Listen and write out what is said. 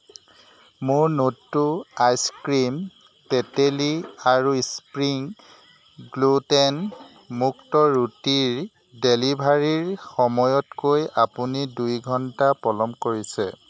মোৰ নটো ice cream তেতেলী আৰু স্প্ৰিং গ্লুটেন মুক্ত ৰুটিৰ ডেলিভাৰীৰ সময়তকৈ আপুনি দুই ঘণ্টা পলম কৰিছে